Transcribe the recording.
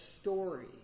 story